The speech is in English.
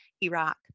Iraq